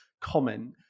comment